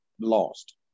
lost